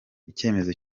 icyemezo